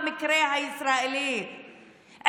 במקרה הישראלי,